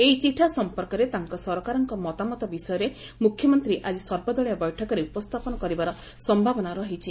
ଏହି ଚିଠା ସଂପର୍କରେ ତାଙ୍କ ସରକାରଙ୍କ ମତାମତ ବିଷୟରେ ମୁଖ୍ୟମନ୍ତ୍ରୀ ଆଜି ସର୍ବଦଳୀୟ ବୈଂକରେ ଉପସ୍ଥାପନ କରିବାର ସମ୍ଭାବନା ରହିଛି